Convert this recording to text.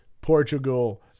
Portugal